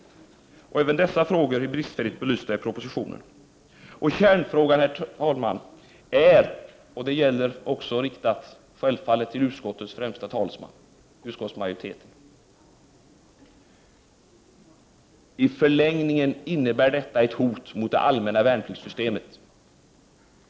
Även dessa frågor är bristfälligt belysta i propositionen. Kärnfrågan är, herr talman, att detta i förlängningen innebär ett hot mot det allmänna värnpliktssystemet.